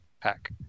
pack